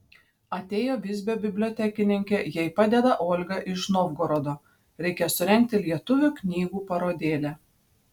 atėjo visbio bibliotekininkė jai padeda olga iš novgorodo reikia surengti lietuvių knygų parodėlę